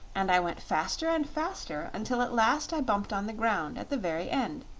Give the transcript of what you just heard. and i went faster and faster until at last i bumped on the ground, at the very end.